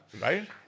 right